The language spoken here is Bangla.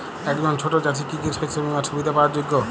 একজন ছোট চাষি কি কি শস্য বিমার সুবিধা পাওয়ার যোগ্য?